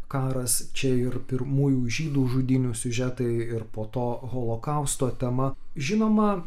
karas čia ir pirmųjų žydų žudynių siužetai ir po to holokausto tema žinoma